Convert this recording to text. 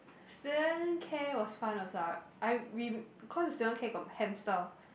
student care was fun also I I we cause the student care got hamster